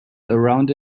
around